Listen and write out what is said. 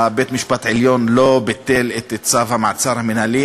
בית-המשפט העליון לא ביטל את צו המעצר המינהלי